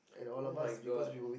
[oh]-my-god